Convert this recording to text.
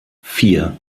vier